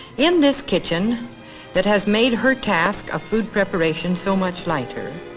in this kitchen that has made her task of food preparation so much lighter,